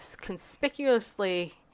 conspicuously